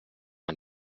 man